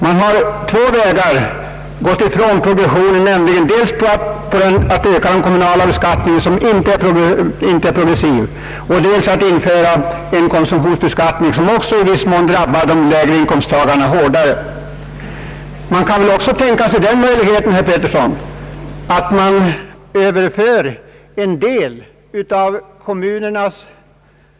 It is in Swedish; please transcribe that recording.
Man har på två vägar gått ifrån progressionen, nämligen dels genom att öka den kommunala beskattningen som ju inte är progressiv, dels genom att införa en konsumtionsbeskattning som också i viss mån drabbar de lägre inkomsttagarna hårdare. Man kan väl också tänka sig möjligheten, herr Petersson, att överföra en del av kommunernas kostnader på en statlig direkt beskattning, dvs. minska den kommunala direkta beskattningen och öka den statliga direkta beskattningen. Därmed uppnår man i varje fall en viss större rättvisa för låginkomstgrupperna.